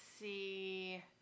see